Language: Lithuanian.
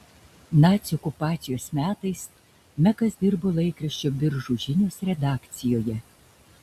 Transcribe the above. nacių okupacijos metais mekas dirbo laikraščio biržų žinios redakcijoje